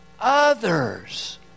others